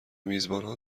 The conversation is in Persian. میزبانها